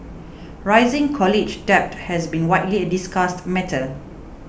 rising college debt has been widely a discussed matter